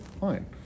fine